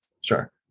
Sure